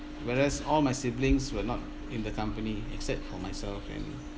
whereas all my siblings were not in the company except for myself and